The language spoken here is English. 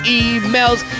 emails